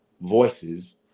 voices